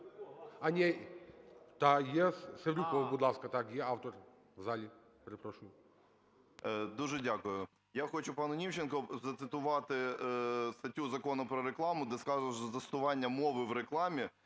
Дуже дякую. Я хочу пану Німченку зацитувати статтю Закону "Про рекламу", де сказано, що застосування мови в рекламі